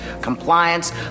compliance